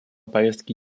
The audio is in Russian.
повестке